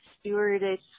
stewardess